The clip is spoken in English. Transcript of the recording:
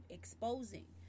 exposing